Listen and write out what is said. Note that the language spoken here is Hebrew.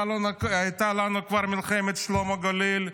הייתה לנו כבר מלחמת שלום הגליל,